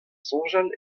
soñjal